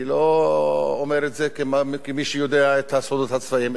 אני לא אומר את זה כמי שיודע את הסודות הצבאיים,